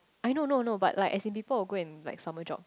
I know I know I know but like as a lippo I'll go and like summer job